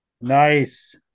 Nice